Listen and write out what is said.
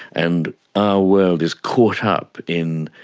and our world is caught up in,